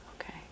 Okay